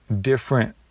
different